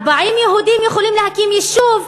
40 יהודים יכולים להקים יישוב,